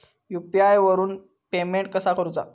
UPI वरून payment कसा करूचा?